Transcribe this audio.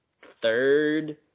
third